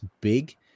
big